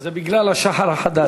זה בגלל השח"ר החדש.